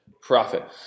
profit